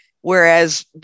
whereas